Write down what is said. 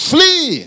Flee